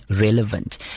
relevant